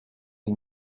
and